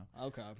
Okay